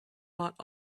bought